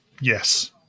Yes